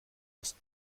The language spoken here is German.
erst